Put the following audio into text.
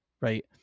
Right